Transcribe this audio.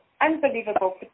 unbelievable